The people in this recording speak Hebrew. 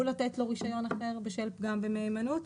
לתת לו רישיון אחר בשל פגם במהימנות.